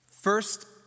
First